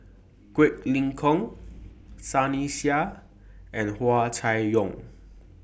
Quek Ling Kiong Sunny Sia and Hua Chai Yong